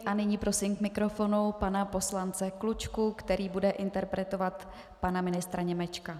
Děkuji a nyní prosím k mikrofonu pana poslance Klučku, který bude interpelovat pana ministra Němečka.